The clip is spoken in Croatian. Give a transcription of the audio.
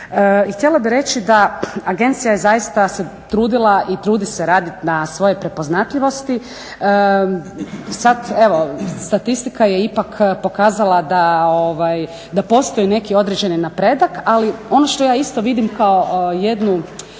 htjela bih reći da agencija je zaista se trudila i trudi se radit na svojoj prepoznatljivosti. Sad evo statistika je ipak pokazala da postoji neki određeni napredak, ali ono što ja isto vidim kao jednu